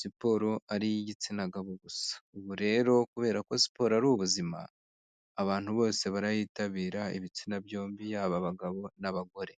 siporo ari iy'igitsina gabo gusa ubu rero kubera ko siporo ari ubuzima abantu bose barayitabira ibitsina byombi yaba abagabo n'abagore.